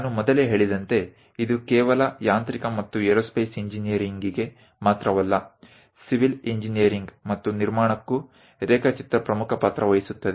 ನಾನು ಮೊದಲೇ ಹೇಳಿದಂತೆ ಇದು ಕೇವಲ ಯಾಂತ್ರಿಕ ಮತ್ತು ಏರೋಸ್ಪೇಸ್ ಇಂಜಿನೀರಿಂಗ್ಗೆ ಮಾತ್ರವಲ್ಲ ಸಿವಿಲ್ ಇಂಜಿನೀರಿಂಗ್ ಮತ್ತು ನಿರ್ಮಾಣಕ್ಕೂ ರೇಖಾಚಿತ್ರ ಪ್ರಮುಖ ಪಾತ್ರ ವಹಿಸುತ್ತದೆ